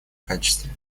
качестве